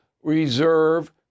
reserve